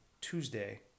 Tuesday